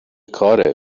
کاره